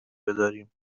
بداریم